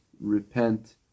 repent